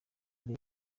ari